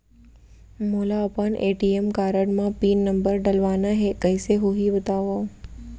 मोला अपन ATM card म पिन नंबर डलवाना हे कइसे होही बतावव?